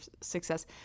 success